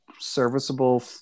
serviceable